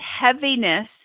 heaviness